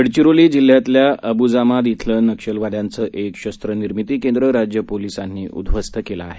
गडघिरोली जिल्ह्यातल्या अबुजामाद धिलं नक्षलवाद्यांचं एक शस्त्र निर्मिती केंद्र राज्य पोलिसांनी उद्ध्वस्त केलं आहे